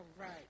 right